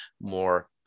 more